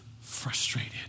frustrated